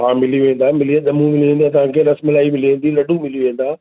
हा मिली वेंदा मिली वेंदा ॼम्मूं मिली वेंदा तव्हांखे रसमालाई मिली वेंदी लडूं मिली वेंदा